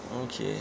okay